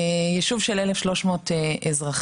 1,300. ישוב של 1,300 אזרחים.